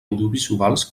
audiovisuals